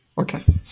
Okay